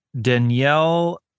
Danielle